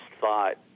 thought